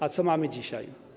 A co mamy dzisiaj?